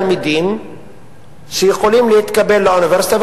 שזה אוטומטית משפיע על היכולת של הרשות המקומית להשתתף